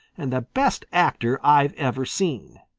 and the best actor i've ever seen.